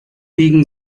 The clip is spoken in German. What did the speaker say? biegen